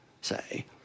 say